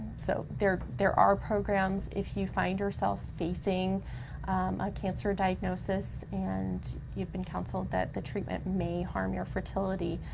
so there there are programs if you find yourself facing a cancer diagnosis, and you've been counseled that the treatment may harm your fertility.